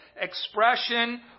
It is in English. expression